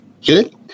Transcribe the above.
Good